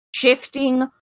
Shifting